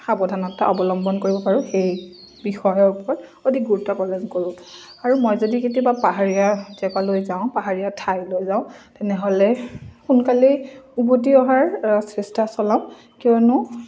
সাৱধানতা অৱলম্বন কৰিব পাৰোঁ সেই বিষয়ৰ ওপৰত অতি গুৰুত্ব প্ৰদান কৰোঁ আৰু মই যদি কেতিয়াবা পাহাৰীয়া জেগালৈ যাওঁ পাহাৰীয়া ঠাইলৈ যাওঁ তেনেহ'লে সোনকালে উভতি অহাৰ চেষ্টা চলাওঁ কিয়নো